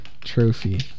trophy